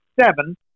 seven